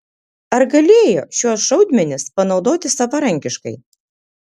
ar galėjo šiuos šaudmenis panaudoti savarankiškai